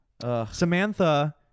Samantha